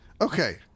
Okay